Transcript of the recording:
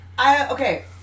Okay